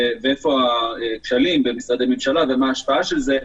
איפה הכשלים במשרדי הממשלה ומה ההשפעה של זה.